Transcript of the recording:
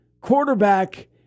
quarterback